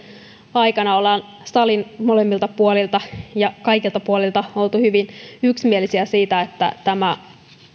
aikana ollaan salin molemmilta puolilta ja kaikilta puolilta oltu hyvin yksimielisiä siitä että tämä